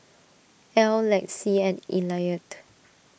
Ell Lexi and Eliot